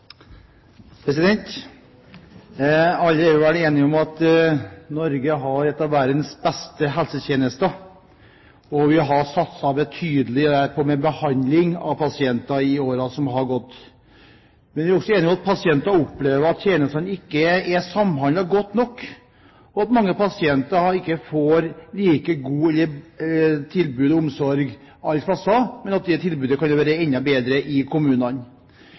enige om at Norge har en av verdens beste helsetjenester, og vi har satset betydelig på behandling av pasienter i årene som har gått. Men vi er også enige om at pasientene opplever at tjenestene ikke er samhandlet godt nok, at mange pasienter ikke får like gode tilbud om omsorg alle steder, og at det tilbudet kunne være enda bedre i kommunene.